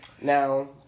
Now